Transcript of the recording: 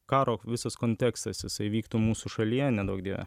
karo visas kontekstas jisai vyktų mūsų šalyje neduok dieve